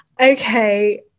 Okay